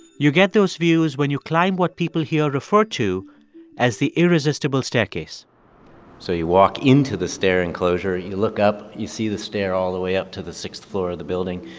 you get those views when you climb what people here refer to as the irresistible staircase so you walk into the stair enclosure. you look up. you see the stair all the way up to the sixth floor of the building.